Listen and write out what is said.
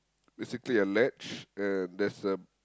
basically a ledge and there's a